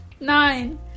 Nine